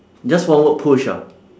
just one word push ah